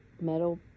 metal